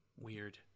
weird